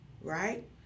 right